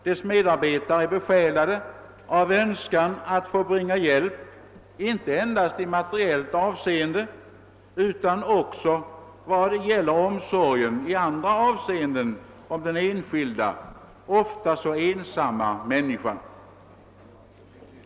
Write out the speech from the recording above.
Dess medarbetare är besjälade av önskan att få bringa hjälp, inte endast i materiellt avseende utan också vad det gäller omsorgen i andra avseenden om den enskilda, ofta så ensamma människan.